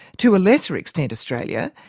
to a lesser extent australia,